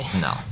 No